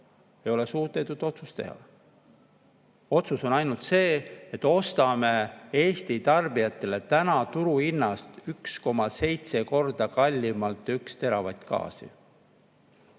ei ole suudetud otsust teha. Otsus on ainult see, et ostame Eesti tarbijatele [tänasest] turuhinnast 1,7 korda kallimalt 1 teravati gaasi.